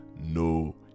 no